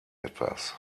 etwas